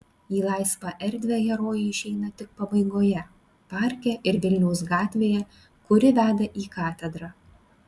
į laisvą erdvę herojai išeina tik pabaigoje parke ir vilniaus gatvėje kuri veda į katedrą